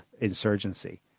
insurgency